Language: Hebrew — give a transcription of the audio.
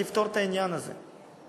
לפתור את העניין הזה.